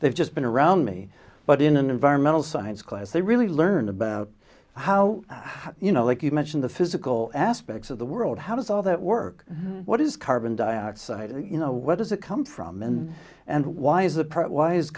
they've just been around me but in an environmental science class they really learn about how you know like you mention the physical aspects of the world how does all that work what does carbon dioxide you know what does it come from and and why is the part why is